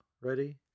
ready